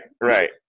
right